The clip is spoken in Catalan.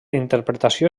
interpretació